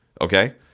okay